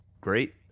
great